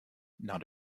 not